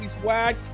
Swag